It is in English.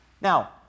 Now